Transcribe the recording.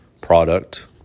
product